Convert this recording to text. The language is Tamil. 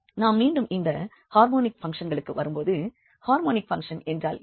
நாம் மீண்டும் இந்த ஹார்மோனிக் பங்க்ஷன்களுக்கு வரும்போது ஹார்மோனிக் பங்க்ஷன்கள் என்றால் என்ன